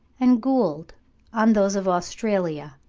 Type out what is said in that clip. and gould on those of australia.